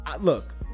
look